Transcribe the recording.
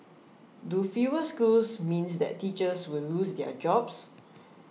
do fewer schools mean that teachers will lose their jobs